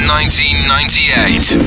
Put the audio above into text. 1998